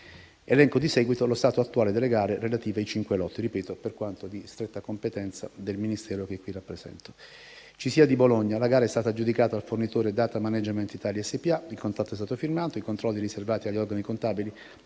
Elenco di seguito lo stato attuale delle gare relative ai cinque lotti e ripeto per quanto di stretta competenza del Ministero che qui rappresento. CISIA di Bologna: la gara è stata aggiudicata al fornitore Datamanagement Italia SpA, il contratto è stato firmato, i controlli riservati agli organi contabili